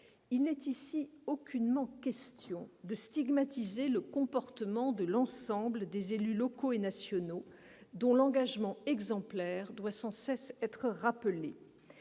il n'est aucunement question ici de stigmatiser le comportement de l'ensemble des élus locaux et nationaux, dont l'engagement exemplaire doit être sans cesse rappelé.